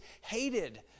hated